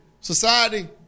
society